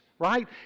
Right